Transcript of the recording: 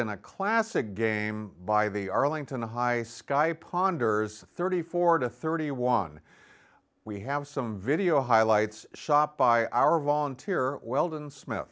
in a classic game by the arlington the high sky ponders thirty four to thirty one we have some video highlights shot by our volunteer welding sm